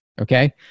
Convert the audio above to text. Okay